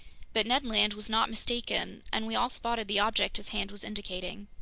but ned land was not mistaken, and we all spotted the object his hand was indicating.